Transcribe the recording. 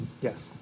Yes